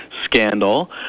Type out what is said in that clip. scandal